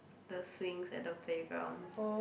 the swings at the playground